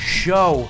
show